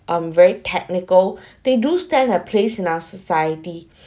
um very technical they do stand a place in our society